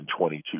22